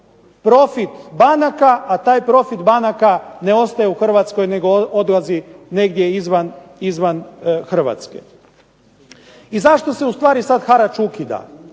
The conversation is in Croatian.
profit banaka, a taj profit banaka ne ostaje u Hrvatskoj nego odlazi negdje izvan Hrvatske. I zašto se ustvari sada harač ukida?